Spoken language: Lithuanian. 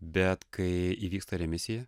bet kai įvyksta remisija